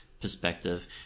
perspective